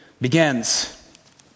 begins